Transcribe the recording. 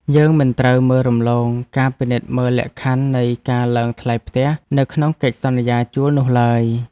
យើងមិនត្រូវមើលរំលងការពិនិត្យមើលលក្ខខណ្ឌនៃការឡើងថ្លៃផ្ទះ នៅក្នុងកិច្ចសន្យាជួលនោះឡើយ។